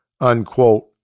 unquote